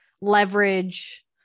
leverage